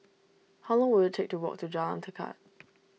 how long will it take to walk to Jalan Tekad